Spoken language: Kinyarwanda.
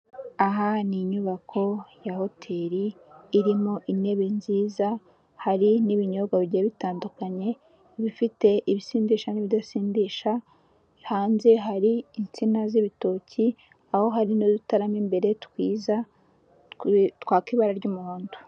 Aha ni inyubako ya hoteli; irimo intebe nziza, hari n'ibinyobwa bijya bitandukanye bifite ibisindisha n'ibi bidasindisha, hanze hari insina z'ibitoki aho hari n'udutaramo imbere twiza twaka ibara ry'umuhondo.